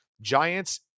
Giants